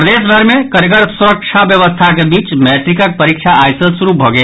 प्रदेश भरि मे कड़गर सुरक्षा व्यवस्थाक बीच मैट्रिकक परीक्षा आइ सॅ शुरू भऽ गेल